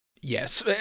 Yes